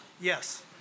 Yes